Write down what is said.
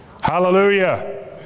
Hallelujah